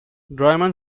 draiman